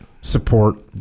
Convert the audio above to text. support